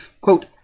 Quote